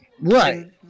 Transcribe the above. Right